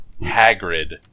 Hagrid